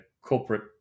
corporate